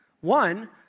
One